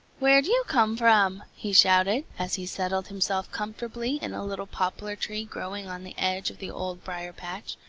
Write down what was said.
where'd you come from? he shouted, as he settled himself comfortably in a little poplar-tree growing on the edge of the old briar-patch.